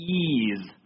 ease